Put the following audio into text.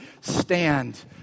stand